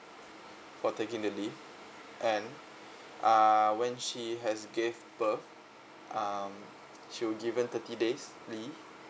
for taking the leave and err when she has gave birth um she will given thirty days leave